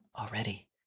already